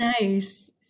Nice